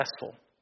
successful